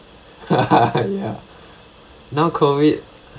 ya now COVID